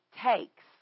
takes